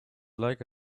like